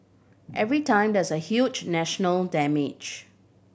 every time there is a huge national damage